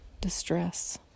distress